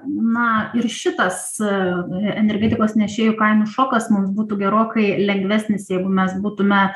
na ir šitas energetikos nešėjų kainų šokas mums būtų gerokai lengvesnis jeigu mes būtume